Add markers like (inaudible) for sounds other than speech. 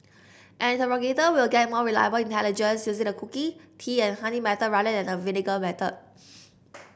an interrogator will get more reliable intelligence (unintelligible) the cookie tea and honey method rather than the vinegar method